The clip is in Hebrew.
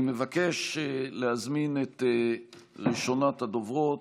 אני מבקש להזמין את ראשונת הדוברות,